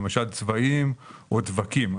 למשל צבעים או דבקים.